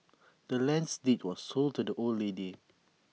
the land's deed was sold to the old lady